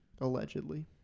allegedly